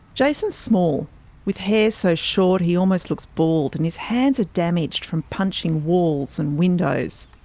jason's small with hair so short he almost looks bald, and his hands are damaged from punching walls and windows.